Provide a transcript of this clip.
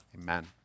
Amen